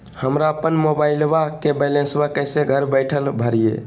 हमरा अपन मोबाइलबा के बैलेंस कैसे घर बैठल भरिए?